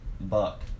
buck